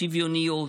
שוויוניות,